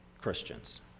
Christians